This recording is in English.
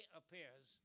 appears